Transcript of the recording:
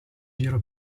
giro